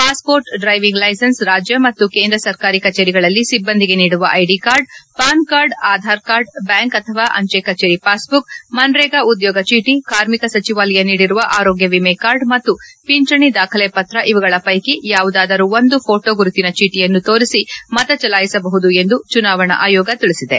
passport driving licence ರಾಜ್ಯ ಮತ್ತು ಕೇಂದ್ರ ಸರ್ಕಾರಿ ಕಚೇರಿಗಳಲ್ಲಿ ಸಿಬ್ಬಂದಿಗೆ ನೀಡುವ ID card PAN card Aadhaar card bank ಅಥವಾ ಅಂಚೆ ಕಚೇರಿ ಪಾಸ್ಬುಕ್ ಮನ್ರೇಗಾ ಉದ್ಯೋಗ ಚೀಟಿ ಕಾರ್ಮಿಕ ಸಚಿವಾಲಯ ನೀಡಿರುವ ಆರೋಗ್ಯ ವಿಮೆ ಕಾರ್ಡ್ ಮತ್ತು ಪಿಂಚಣಿ ದಾಖಲೆ ಪತ್ರ ಇವುಗಳ ಪೈಕಿ ಯಾವುದಾದರೂ ಒಂದು ಪೋಟೋ ಗುರುತಿನ ಚೀಟಿಯನ್ನು ತೋರಿಸಿ ಮತಚಲಾಯಿಸಬಹುದು ಎಂದು ಚುನಾವಣಾ ಆಯೋಗ ತಿಳಿಸಿದೆ